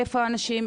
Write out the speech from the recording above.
איפה האנשים,